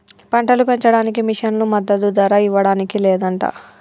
పంటలు పెంచడానికి మిషన్లు మద్దదు ధర ఇవ్వడానికి లేదంట